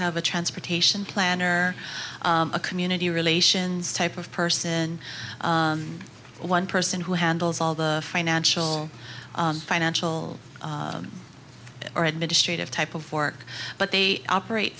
have a transportation planner a community relations type of person one person who handles all the financial financial or administrative type of work but they operate